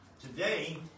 today